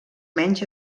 menys